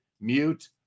mute